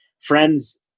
Friends